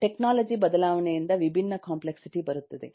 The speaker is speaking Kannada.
ಟೆಕ್ನಾಲಜಿ ಬದಲಾವಣೆಯಿಂದ ವಿಭಿನ್ನ ಕಾಂಪ್ಲೆಕ್ಸಿಟಿ ಬರುತ್ತದೆ